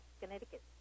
Connecticut